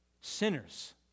Sinners